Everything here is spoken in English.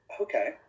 Okay